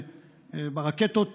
של הרקטות